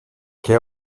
και